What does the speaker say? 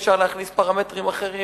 אפשר להכניס פרמטרים אחרים,